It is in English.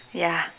ya